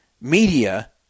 media